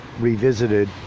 revisited